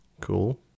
Cool